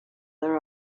their